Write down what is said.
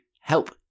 help